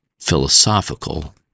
philosophical